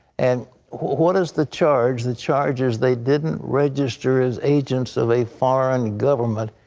and what is the charge? the charge is they didn't register as agents of a foreign government,